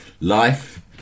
life